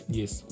yes